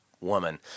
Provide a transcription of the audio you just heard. woman